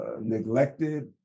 neglected